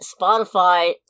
Spotify